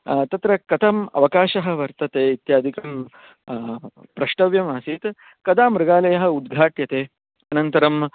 तत्र कथम् अवकाशः वर्तते इत्यादिकं प्रष्टव्यम् आसीत् कदा मृगालयः उद्घाट्यते अनन्तरम्